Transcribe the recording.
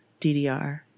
DDR